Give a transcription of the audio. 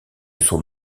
son